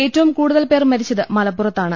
ഏറ്റവും കൂടുതൽ പേർ മരിച്ചത് മലപ്പു റത്താണ്